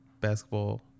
basketball